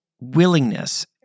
willingness